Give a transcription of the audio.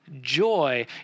joy